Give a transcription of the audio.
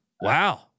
wow